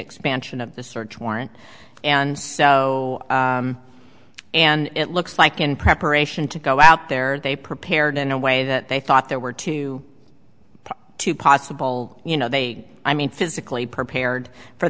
expansion of the search warrant and so and it looks like in preparation to go out there they prepared in a way that they thought there were two two possible you know they i mean physically prepared for